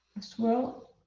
swirl.